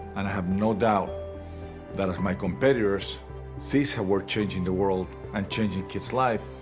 and i have no doubt that if my competitors see how we are changing the world and changing kids' lives,